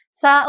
sa